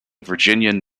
virginian